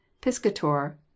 piscator